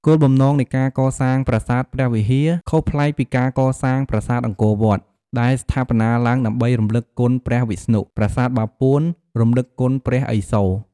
គោលបំណងនៃការកសាងប្រាសាទព្រះវិហារខុសប្លែកពីការកសាងប្រាសាទអង្គរវត្ត ដែលស្ថាបនាឡើងដើម្បីរំឭកគុណព្រះវិស្ណុ ប្រាសាទបាពួន រំឭកគុណព្រះឥសូរ ។